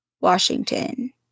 Washington